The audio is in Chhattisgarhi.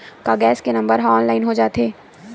का गैस के नंबर ह ऑनलाइन हो जाथे?